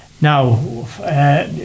Now